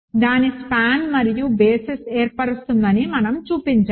దాని స్పాన్ మరియు బేసిస్ ఏర్పరుస్తుందని మనం చూపించాము